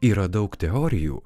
yra daug teorijų